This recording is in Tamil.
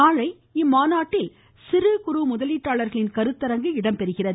நாளை இம்மாநாட்டில் சிறுகுறு முதலீட்டாளர்களின் கருத்தரங்கு நடைபெற உள்ளது